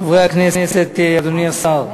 חברי הכנסת, אדוני השר,